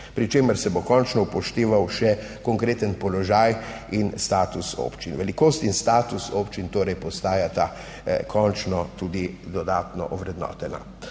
pri čemer se bo končno upošteval še konkreten položaj in status občin. Velikost in status občin torej postajata končno tudi dodatno ovrednotena.